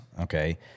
okay